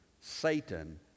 Satan